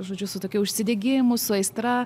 žodžiu su tokiu užsidegimu su aistra